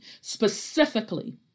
specifically